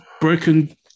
broken